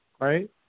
right